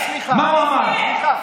רק סליחה, הוא שותף.